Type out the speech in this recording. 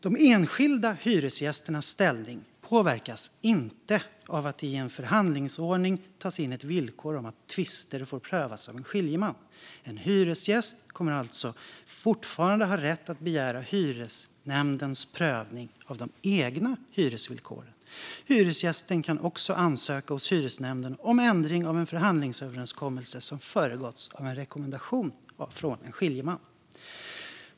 De enskilda hyresgästernas ställning påverkas inte av att det i en förhandlingsordning tas in ett villkor om att tvister får prövas av en skiljeman. En hyresgäst kommer alltså fortfarande att ha rätt att begära hyresnämndens prövning av de egna hyresvillkoren. Hyresgästen kan också ansöka hos hyresnämnden om en ändring av en förhandlingsöverenskommelse som har föregåtts av en rekommendation från en skiljeman.